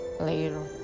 later